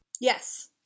Yes